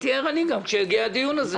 תהיה ערני גם כשיגיע הדיון הזה.